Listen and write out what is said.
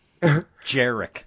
Jarek